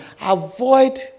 avoid